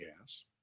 gas